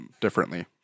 differently